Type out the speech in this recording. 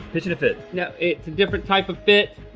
pitchin' a fit. no, it's a different type of fit.